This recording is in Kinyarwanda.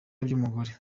by’umugore